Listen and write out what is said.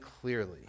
clearly